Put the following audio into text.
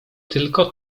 tylko